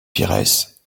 pires